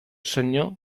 senyor